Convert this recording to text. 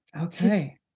Okay